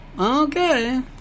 Okay